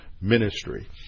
ministry